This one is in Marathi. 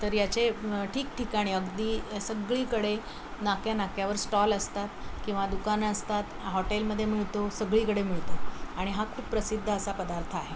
तर याचे ठिकठिकाणी अगदी सगळीकडे नाक्या नाक्यावर स्टॉल असतात किंवा दुकानं असतात हॉटेलमध्ये मिळतो सगळीकडे मिळतो आणि हा खूप प्रसिद्ध असा पदार्थ आहे